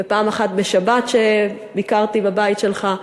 ופעם אחת כשביקרתי בשבת בבית שלך.